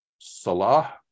Salah